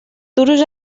duros